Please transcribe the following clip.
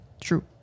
true